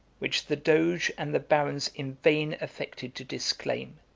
which the doge and the barons in vain affected to disclaim,